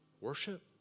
worship